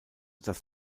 das